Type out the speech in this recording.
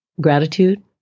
gratitude